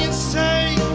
and say